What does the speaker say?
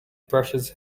brushes